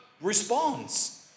responds